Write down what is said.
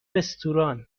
رستوران